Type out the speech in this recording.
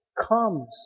comes